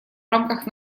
рамках